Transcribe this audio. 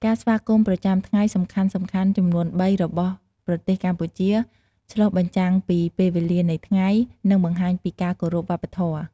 ការស្វាគមន៍ប្រចាំថ្ងៃសំខាន់ៗចំនួនបីរបស់ប្រទេសកម្ពុជាឆ្លុះបញ្ចាំងពីពេលវេលានៃថ្ងៃ និងបង្ហាញពីការគោរពវប្បធម៌។